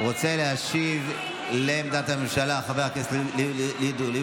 רוצה להשיב על עמדת הממשלה חבר הכנסת ליברמן.